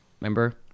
Remember